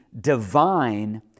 divine